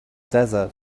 desert